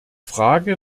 frage